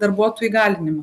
darbuotojų įgalinimą